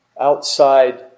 outside